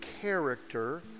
character